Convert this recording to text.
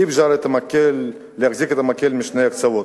אי-אפשר להחזיק את המקל בשני הקצוות: